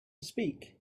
speak